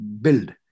build